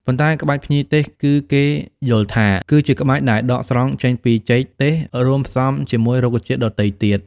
ប៉ុន្តែក្បាច់ភ្ញីទេស គឺគេយល់ថាគឺជាក្បាច់ដែលដកស្រង់ចេញពីចេកទេស រួមផ្សំជាមួយរុក្ខជាតិដ៏ទៃទៀត។